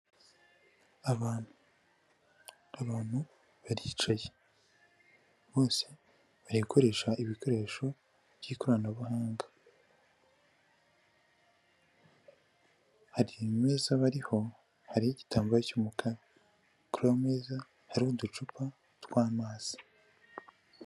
Abantu baricaye bose bari gukoresha ibikoresho by'ikoranabuhanga hari imeza bariho hariho igitambaro cy'umukara, kuri ayo meza hariho uducupa tw'amazi.